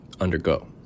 undergo